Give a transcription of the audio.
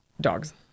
dogs